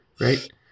right